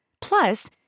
Plus